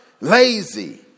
lazy